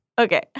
Okay